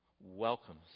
welcomes